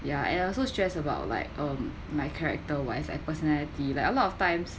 ya and I also stressed about like um my character wise and personality like a lot of times